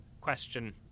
question